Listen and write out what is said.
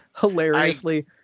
hilariously